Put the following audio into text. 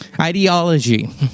ideology